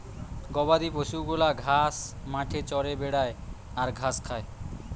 গবাদি পশু গুলা ঘাস মাঠে চরে বেড়ায় আর ঘাস খায়